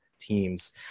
teams